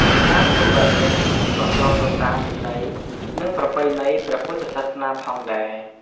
ការធ្វើបែបនេះ ក៏ស្របទៅតាមវិន័យ និងប្រពៃណីព្រះពុទ្ធសាសនាផងដែរ។